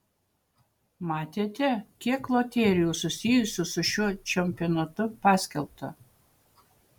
matėte kiek loterijų susijusių su šiuo čempionatu paskelbta